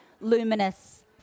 luminous